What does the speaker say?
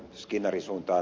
skinnarin suuntaan